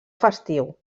festiu